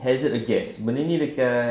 hazard a guess benda ni dekat